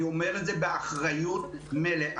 אני אומר את זה באחריות מלאה.